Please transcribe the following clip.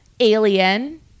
Alien